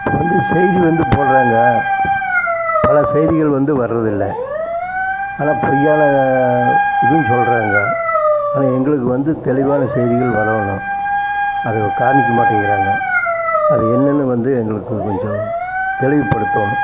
இப்போ வந்து செய்தி வந்து போட்றாங்க பல செய்திகள் வந்து வர்றதில்லை ஆனால் பொய்யான இதுவும் சொல்லுறாங்க ஆனால் எங்களுக்கு வந்து தெளிவான செய்திகள் வரவோணும் அதுவோ காமிக்க மாட்டங்கிறாங்க அது என்னென்னு வந்து எங்களுக்கு கொஞ்சம் தெளிவுப்படுத்தணும்